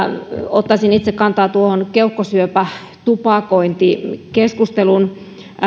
ottaisin itse kantaa tuohon keuhkosyöpä ja tupakointi keskusteluun